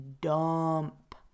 dump